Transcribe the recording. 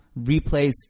replays